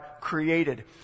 created